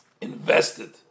invested